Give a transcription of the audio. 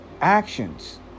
actions